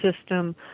system